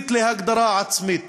הבסיסית להגדרה עצמית.